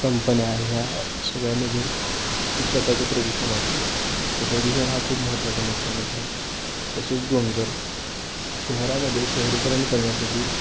कंपन्या आहे ह्या सगळ्यामधून खूप प्रकारचे प्रदूषण असते ते प्रदूषण हा खूप महत्त्वाचा मोठ्ठा मुद्दा आहे तसेच डोंगर शहरामध्ये शहरीकरण करण्यासाठी